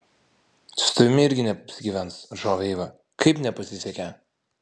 su tavimi irgi neapsigyvens atšovė eiva kaip nepasisekė